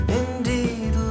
indeed